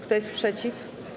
Kto jest przeciw?